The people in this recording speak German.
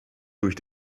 durch